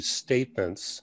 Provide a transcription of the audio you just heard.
statements